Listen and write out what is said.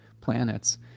planets